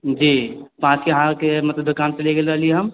जी पाँच के अहाँ के मतलब दोकान पर ले गैल रहली हम